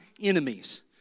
enemies